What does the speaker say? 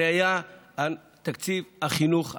זה היה תקציב החינוך המיוחד.